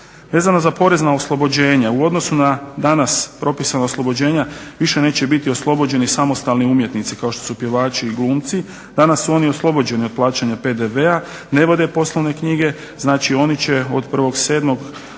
Vezano za porezna oslobođenja, u odnosu na danas propisano oslobođenja više neće biti oslobođeni samostalni umjetnici kao što su pjevači i glumci, danas su oni oslobođeni od plaćanja PDV-a, ne vode poslovne knjige. Znači oni će od 1.7.